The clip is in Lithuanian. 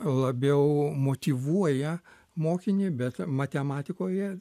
labiau motyvuoja mokinį bet matematikoje